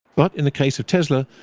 but in the case of tesla,